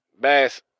Bass